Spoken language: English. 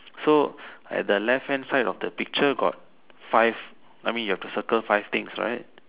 so at the left hand side of the picture got five I mean you have to circle five things right